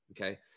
Okay